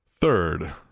third